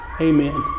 Amen